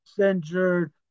injured